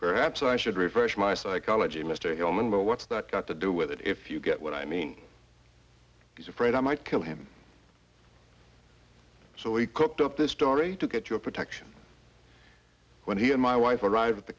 perhaps i should refresh my psychology mr hellman but what's that got to do with it if you get what i mean he's afraid i might kill him so he cooked up this story to get your protection when he and my wife arrived at the